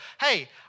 hey